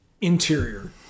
interior